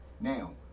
Now